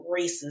racism